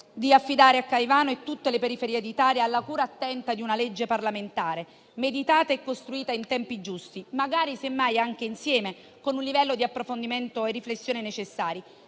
di affidare Caivano e tutte le periferie d'Italia alla cura attenta di una legge parlamentare, meditata e costruita in tempi giusti, magari anche insieme, con il necessario livello di approfondimento e riflessione.